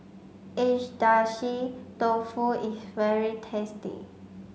Agedashi Dofu is very tasty